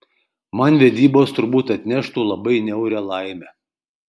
man vedybos turbūt atneštų labai niaurią laimę